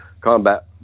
combat